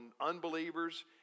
unbelievers